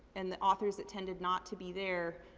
and the authors that tended not to be there,